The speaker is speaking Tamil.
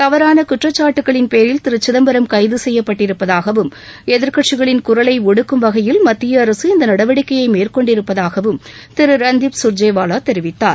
தவறான குற்றச்சாட்டுக்களின் பேரில் திரு சிதம்பரம் கைது செய்யப்பட்டிருப்பதாகவும் எதிர்க்கட்சிகளின் குரலை ஒடுக்கும் வகையில் மத்திய அரசு இந்த நடவடிக்கையை மேற்கொண்டிருப்பதாகவும் திரு ரன்தீப் சுர்ஜிவாலா தெரிவித்தார்